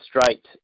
straight